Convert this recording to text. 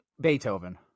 Beethoven